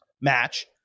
match